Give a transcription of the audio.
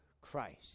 Christ